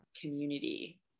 community